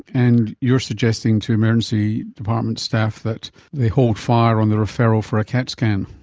and you are suggesting to emergency department staff that they hold fire on the referral for a cat scan.